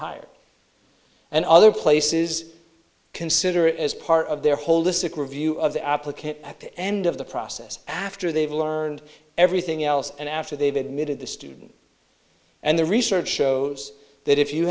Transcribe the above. hired and other places consider as part of their holistic review of the applicant back to end of the process after they've learned everything else and after they've admitted the student and the research shows that if you